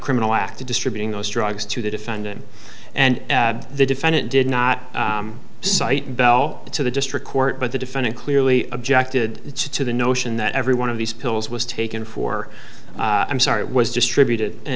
criminal act to distributing those drugs to the defendant and the defendant did not cite bell to the district court but the defendant clearly objected to the notion that every one of these pills was taken for i'm sorry it was distributed and